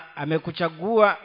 amekuchagua